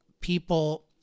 people